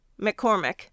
McCormick